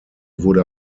wurde